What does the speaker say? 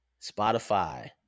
Spotify